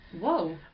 Whoa